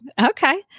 Okay